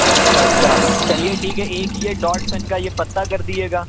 اچھا اچھا چلیے ٹھیک ہے ایک یہ ڈاٹ پین کا یہ پتّہ کر دیجئے گا